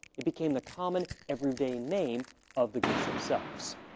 it became the common everyday name of the goods themselves.